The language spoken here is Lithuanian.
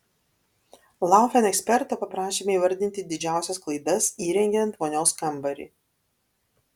laufen eksperto paprašėme įvardinti didžiausias klaidas įrengiant vonios kambarį